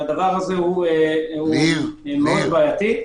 הדבר הזה מאוד בעייתי.